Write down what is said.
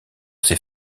ses